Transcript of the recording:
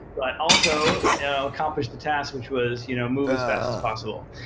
but also yeah accomplished the task, which was you know move as fast as possible.